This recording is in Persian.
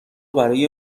برای